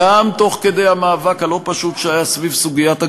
גם תוך כדי המאבק הלא-פשוט שהיה סביב סוגיית הגרעין,